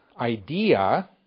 idea